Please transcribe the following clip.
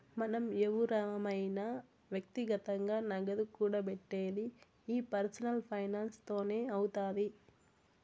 మనం ఎవురమైన వ్యక్తిగతంగా నగదు కూడబెట్టిది ఈ పర్సనల్ ఫైనాన్స్ తోనే అవుతాది